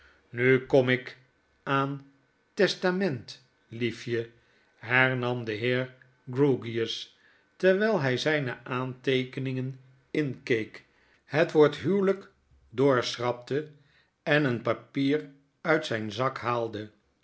nu kom ik aan testament liefje hernam de heer grewgious terwijl hij zijne aanteekeningen inkeek het woord huwelijk doorschrapte en een papier uit zijn zak haalde